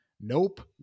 nope